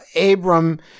Abram